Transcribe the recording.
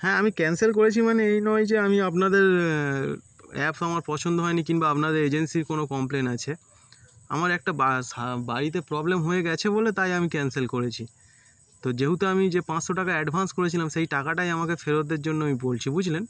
হ্যাঁ আমি ক্যান্সেল করেছি মানে এই নয় যে আমি আপনাদের অ্যাপ আমার পছন্দ হয় নি কিম্বা আপনার এজেন্সির কোনো কমপ্লেন আছে আমার একটা বা শা বাড়িতে প্রবলেম হয়ে গেছে বলে তাই আমি ক্যান্সেল করেছি তো যেহুতু আমি যে পাঁচশো টাকা অ্যাডভান্স করেছিলাম সেই টাকাটাই আমাকে ফেরতের জন্য আমি বলছি বুঝলেন